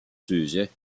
sujet